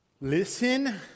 listen